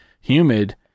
humid